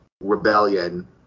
rebellion